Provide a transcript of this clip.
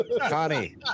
Connie